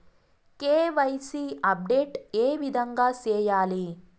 KYC update ఏ విధంగా సేయాలి?